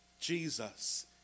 Jesus